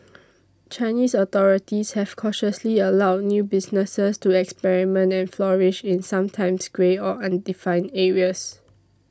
Chinese authorities have cautiously allowed new businesses to experiment and flourish in sometimes grey or undefined areas